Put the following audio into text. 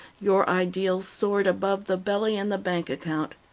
your ideals soared above the belly and the bank account.